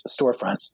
storefronts